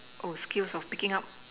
oh skills of picking up